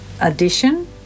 addition